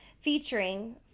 featuring